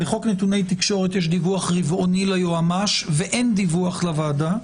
בחוק נתוני תקשורת יש דיווח רבעוני ליועמ"ש ואין דיווח לוועדה,